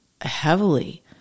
heavily